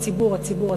"הציבור",